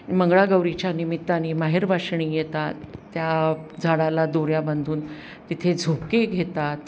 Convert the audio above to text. मंगळागौरीच्या निमित्ताने माहेरवाशिणी येतात त्या झाडाला दोऱ्या बांधून तिथे झोके घेतात